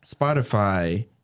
Spotify